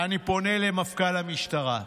אני פונה למפכ"ל המשטרה,